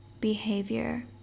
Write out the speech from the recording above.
behavior